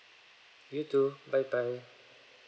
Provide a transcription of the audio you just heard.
you too bye bye